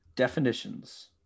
definitions